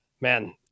Man